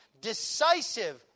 decisive